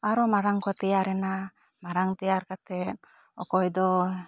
ᱟᱨᱚ ᱢᱟᱨᱟᱝ ᱠᱚ ᱛᱮᱭᱟᱨ ᱮᱱᱟ ᱢᱟᱨᱟᱝ ᱛᱮᱭᱟᱨ ᱠᱟᱛᱮᱜ ᱚᱠᱚᱭ ᱫᱚ